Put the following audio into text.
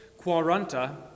Quaranta